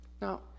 Now